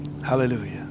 Hallelujah